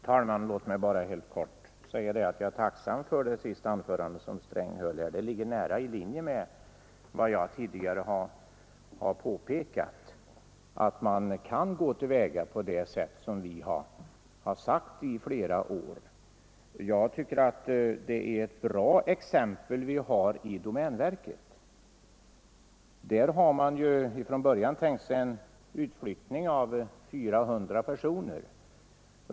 Herr talman! Låt mig bara helt kortfattat säga att jag är tacksam för innehållet i det senaste anförande som herr Sträng höll. Det ligger helt i linje med vad jag tidigare har påpekat, nämligen att man kan gå till väga på det sätt som vi har rekommenderat i flera år. Jag tycker det är ett bra exempel som vi har i domänverket. Där hade man från början tänkt sig en utflyttning av 400 personer.